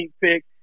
pick